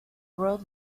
world